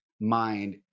mind